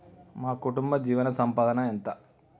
మా కుటుంబ జీవన సంపాదన ఎంత?